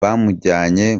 bamujyanye